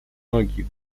ноги